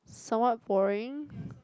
somewhat boring